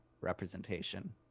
representation